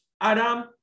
Adam